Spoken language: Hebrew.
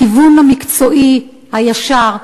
הכיוון המקצועי הישר,